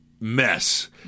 mess